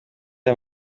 aya